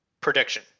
prediction